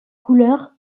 couleur